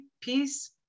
peace